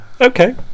okay